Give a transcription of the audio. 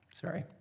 Sorry